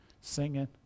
singing